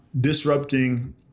disrupting